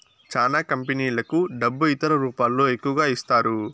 చానా కంపెనీలకు డబ్బు ఇతర రూపాల్లో ఎక్కువగా ఇస్తారు